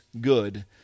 good